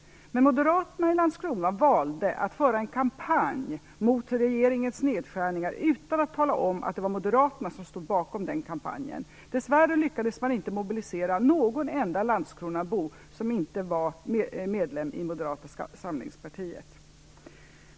Men moderaterna i Landskrona valde att föra en kampanj mot regeringens nedskärningar utan att tala om att det var moderaterna som stod bakom den kampanjen. Dess värre lyckades man inte mobilisera någon enda landskronabo som inte var medlem i Moderata samlingspartiet.